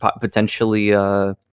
potentially